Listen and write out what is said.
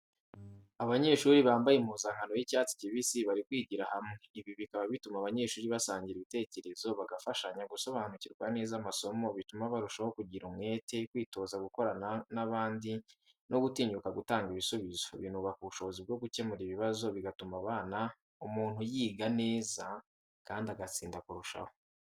Abanyeshuri bambaye impuzankano y'icyatsi kibisi bari kwigira hamwe. Ibi bikaba bituma abanyeshuri basangira ibitekerezo, bagafashanya gusobanukirwa neza amasomo. Bituma barushaho kugira umwete, kwitoza gukorana n’abandi no gutinyuka gutanga ibisubizo. Binubaka ubushobozi bwo gukemura ibibazo, bigatuma umuntu yiga neza kandi agatsinda kurushaho.